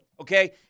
Okay